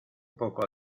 poco